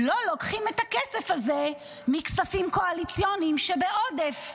לא לוקחים את הכסף הזה מכספים קואליציוניים שבעודף.